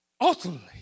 Ultimately